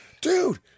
dude